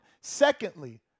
Secondly